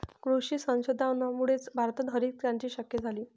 कृषी संशोधनामुळेच भारतात हरितक्रांती शक्य झाली